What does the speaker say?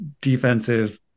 defensive